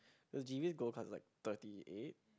G_Vs gold class is like thirty eight